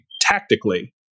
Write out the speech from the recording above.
tactically